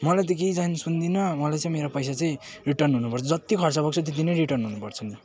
मलाई त केही छैन सुन्दिनँ मलाई चाहिँ मेरो पैसा चाहिँ रिटर्न हुनुपर्छ जत्ति खर्च भएको छ त्यत्ति नै रिटर्न हुनुपर्छ नि